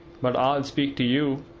but i'll speak to you.